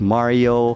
Mario